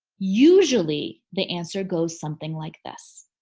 usually the answer goes something like this.